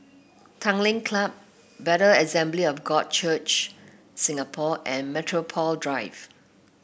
Tanglin Club Bethel Assembly of God Church Singapore and Metropole Drive